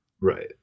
Right